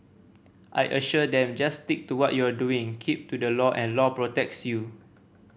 I assured them just stick to what you are doing keep to the law and law protects you